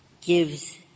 gives